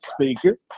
speaker